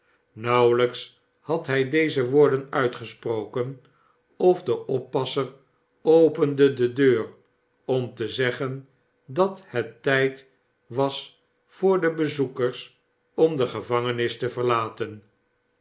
nauwelijks had hij deze woorden uitgesproken of een oppasseropende de deur om te zeggen dat het tijd was voor de bezoekers om de gevangenis te verlaten